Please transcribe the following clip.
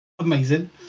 Amazing